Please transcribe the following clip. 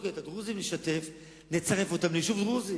אוקיי, את הדרוזים נשתף, ונצרף אותם ליישוב דרוזי.